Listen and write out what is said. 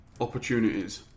opportunities